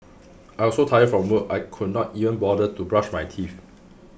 I was so tired from work I could not even bother to brush my teeth